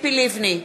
ציפי לבני,